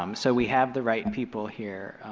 um so we have the right people here.